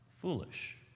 foolish